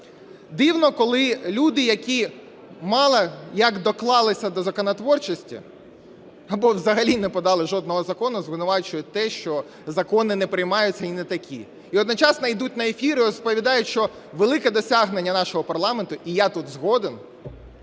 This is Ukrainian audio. Дивно, коли люди, які мало як доклалися до законотворчості або взагалі не подали жодного закону, звинувачують те, що закони не приймаються і не такі. І одночасно йдуть на ефіри і розповідають, що велике досягнення нашого парламенту, і я тут згоден,